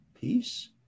peace